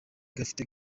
gafite